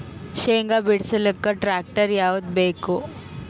ಶೇಂಗಾ ಬಿಡಸಲಕ್ಕ ಟ್ಟ್ರ್ಯಾಕ್ಟರ್ ಯಾವದ ಬೇಕು?